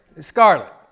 Scarlet